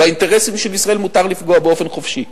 באינטרסים של ישראל מותר לפגוע באופן חופשי.